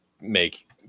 make